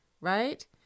right